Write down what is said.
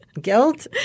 Guilt